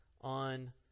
on